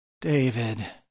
David